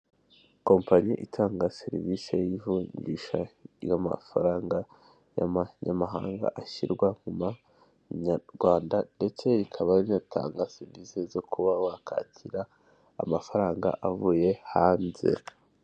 Kompanyi itanga serivisi y'ivunjisha ry'amafaranga y'amanyamahanga ashyirwa mu manyarwanda, ndetse ikaba inatanga serivisi zo kuba wakakira amafaranga avuye hanze.